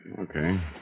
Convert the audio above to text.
Okay